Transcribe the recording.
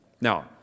Now